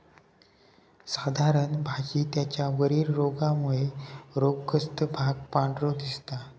साधारण भाजी त्याच्या वरील रोगामुळे रोगग्रस्त भाग पांढरो दिसता